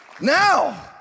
Now